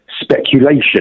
speculation